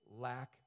lack